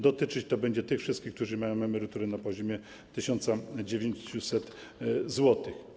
Dotyczyć to będzie tych wszystkich, którzy mają emerytury na poziomie 1900 zł.